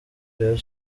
rayon